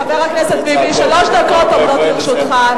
חבר הכנסת ביבי, שלוש דקות עומדות לרשותך.